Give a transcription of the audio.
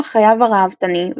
אורח חייו הראוותני,